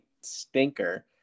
stinker